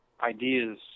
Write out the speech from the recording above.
Ideas